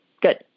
Good